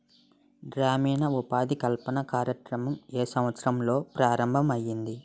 గ్రామీణ ఉపాధి కల్పన కార్యక్రమం ఏ సంవత్సరంలో ప్రారంభం ఐయ్యింది?